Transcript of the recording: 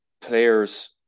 players